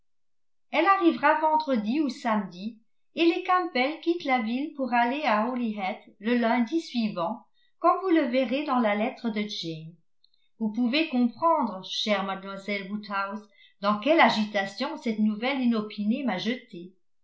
elle arrivera vendredi ou samedi et les campbell quittent la ville pour aller à holyhead le lundi suivant comme vous le verrez dans la lettre de jane vous pouvez comprendre chère mademoiselle woodhouse dans quelle agitation cette nouvelle inopinée m'a jetée